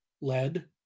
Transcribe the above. Lead